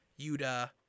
Yuda